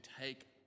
take